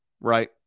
right